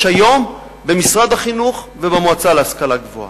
היום במשרד החינוך ובמועצה להשכלה גבוהה.